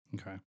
Okay